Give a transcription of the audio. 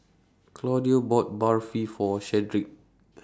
Claudio bought Barfi For Shedrick